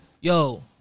Yo